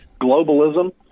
globalism